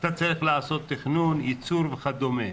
אתה צריך לעשות תכנון, ייצור וכדומה,